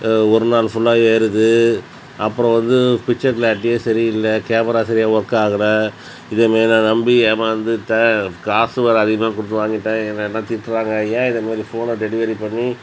ஒரு நாள் ஃபுல்லாக ஏறுது அப்புறம் வந்து ஃபிச்சர் கிளாரிட்டியே சரியில்ல கேமரா சரியா ஒர்க் ஆகலை இதேமாரி நான் நம்பி ஏமாந்துட்டேன் காசு வேற அதிகமாக கொடுத்து வாங்கிவிட்டேன் என்னை எல்லாம் திட்டுறாங்க ஏன் இது மாரி ஃபோனை டெலிவரி பண்ணி